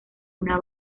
una